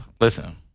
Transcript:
Listen